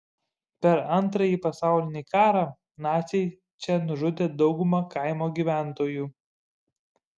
per antrąjį pasaulinį karą naciai čia nužudė daugumą kaimo gyventojų